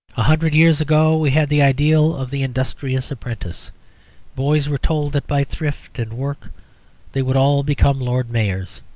a hundred years ago we had the ideal of the industrious apprentice boys were told that by thrift and work they would all become lord mayors.